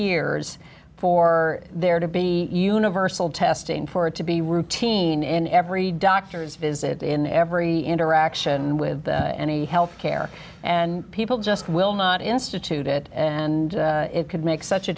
years for there to be universal testing for it to be routine in every doctor's visit in every interaction with any health care and people just will not institute it and it could make such a